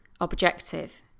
objective